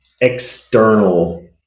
external